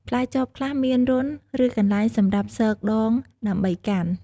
ផ្លែចបខ្លះមានរន្ធ ឬកន្លែងសម្រាប់ស៊កដងដើម្បីកាន់។